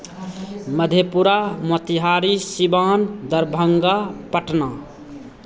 Madhepura Motihari Siwan Darbhanga Patna